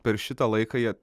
per šitą laiką jie